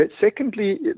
Secondly